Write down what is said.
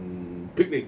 hmm picnic